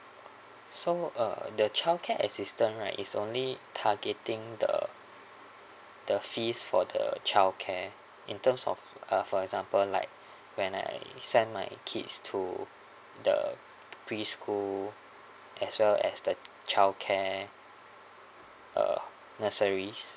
so uh the childcare assistant right is only targeting the the fees for the childcare in terms of uh for example like when I send my kids to the preschool as well as the childcare uh nurseries